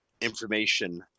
information